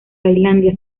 tailandia